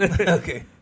Okay